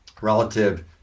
relative